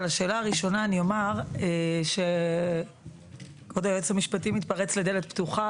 על השאלה הראשונה אומר שכבוד היועץ המשפטי מתפרץ לדלת פתוחה,